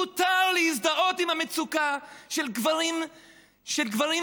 מותר להזדהות עם המצוקה של גברים גרושים,